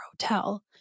hotel